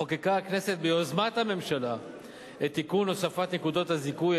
חוקקה הכנסת ביוזמת הממשלה את תיקון הוספת נקודות הזיכוי,